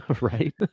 Right